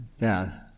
death